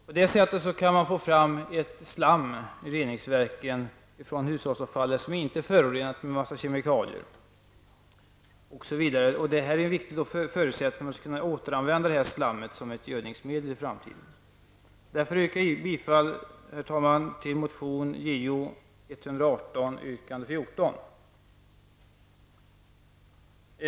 På det sättet kan man i reningsverken av hushållsavfallet få fram ett slam som inte är förorenat med en massa kemikalier. Det är också en förutsättning för att man i framtiden skall kunna återanvända detta slam som gödningsmedel. Jag yrkar därför, herr talman, bifall till motion 19990/91:Jo118 yrkande 14.